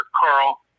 Carl